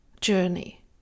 journey